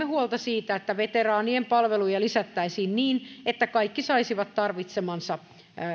huolta siitä että veteraanien palveluja lisättäisiin niin että kaikki saisivat tarvitsemansa